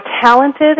talented